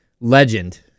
Legend